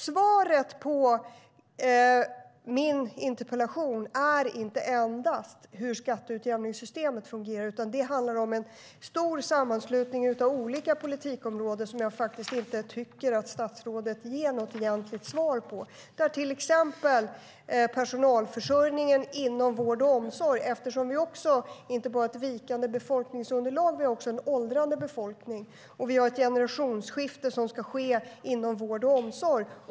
Svaret på min interpellation är inte endast hur skatteutjämningssystemet fungerar, utan det handlar om en stor sammanslagning av olika politikområden. Och jag tycker faktiskt inte att statsrådet ger något egentligt svar på detta. Det handlar också om personalförsörjningen inom vård och omsorg eftersom vi inte bara har ett vikande befolkningsunderlag utan också en åldrande befolkning och om ett generationsskifte som ska ske inom vård och omsorg.